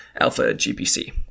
alpha-GPC